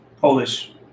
Polish